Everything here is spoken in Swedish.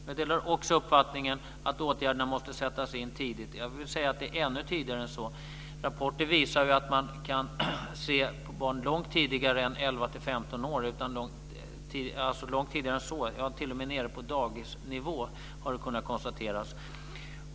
Jag delar också uppfattningen att åtgärderna måste sättas in tidigt, ännu tidigare än så. Rapporter visar att man kan se benägenhet hos barn långt tidigare än 11-15 år. T.o.m. på dagisnivå har det kunnat konstateras.